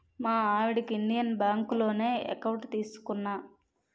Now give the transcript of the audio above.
మా ఆవిడకి ఇండియన్ బాంకులోనే ఎకౌంట్ తీసుకున్నా